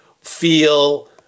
feel